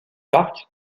parc